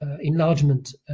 enlargement